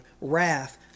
wrath